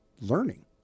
learning